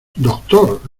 doctor